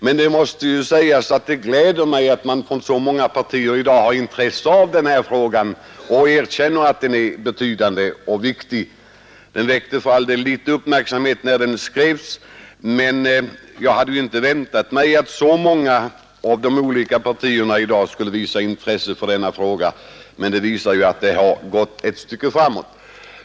Jag måste säga att det gläder mig att man i dag har intresse av den här frågan från så många partier och erkänner att den ”är betydande och viktig. Min motion väckte för all del litet uppmärksamhet när den skrevs, men jag hade inte väntat mig att så många av de olika partierna i dag skulle visa intresse för denna fråga; det visar dock att det har gått ett stycke framåt.